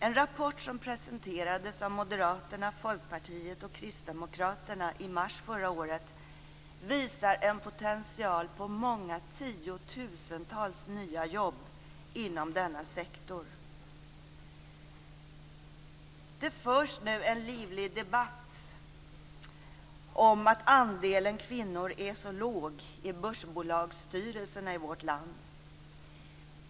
En rapport som presenterades av Moderaterna, Folkpartiet och Kristdemokraterna i mars förra året visar en potential på många tiotusentals nya jobb inom denna sektor. Det förs nu en livlig debatt om att andelen kvinnor är så liten i börsbolagsstyrelserna i vårt land.